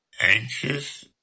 anxious